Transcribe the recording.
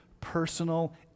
personal